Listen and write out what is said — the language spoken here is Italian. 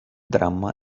dramma